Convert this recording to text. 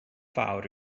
fawr